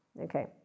Okay